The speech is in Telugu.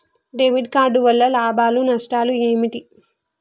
డెబిట్ కార్డు వల్ల లాభాలు నష్టాలు ఏమిటి?